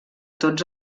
tots